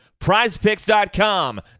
PrizePicks.com